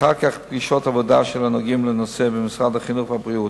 ואחר כך פגישות עבודה של הנוגעים בנושא במשרד החינוך ובמשרד הבריאות.